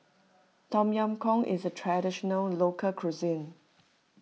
Tom Yam Goong is a Traditional Local Cuisine